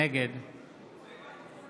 נגד